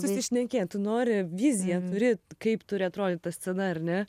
susišnekėt tu nori viziją turi kaip turi atrodyt ta scena ar ne